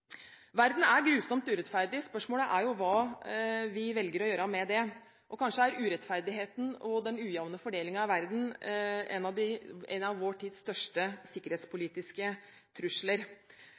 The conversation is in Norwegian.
Verden er grusomt urettferdig. Spørsmålet er hva vi velger å gjøre med det. Kanskje er urettferdigheten og den ujevne fordelingen i verden en av vår tids største sikkerhetspolitiske trusler.